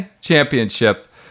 Championship